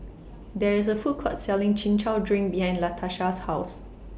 There IS A Food Court Selling Chin Chow Drink behind Latasha's House